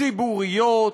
ציבוריות,